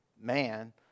man